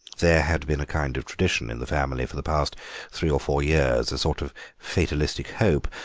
there had been a kind of tradition in the family for the past three or four years, a sort of fatalistic hope,